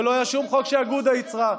ולא היה שום חוק שאגודה ייצרה,